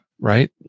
right